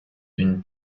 une